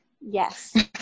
Yes